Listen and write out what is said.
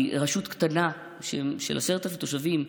כי רשות קטנה של 10,000 תושבים,